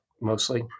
mostly